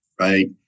right